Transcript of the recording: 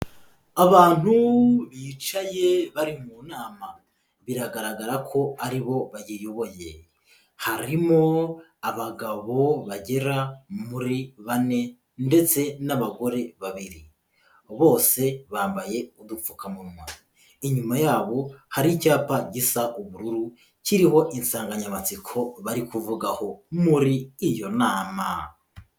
Abantu bicaye bari mu nama, biragaragara ko aribo bayiyoboye, harimo abagabo bagera muri bane ndetse n'abagore babiri, bose bambaye udupfukamunwa, inyuma yabo hari icyapa gisa ubururu kiriho insanganyamatsiko bari kuvugaho muri iyo nama.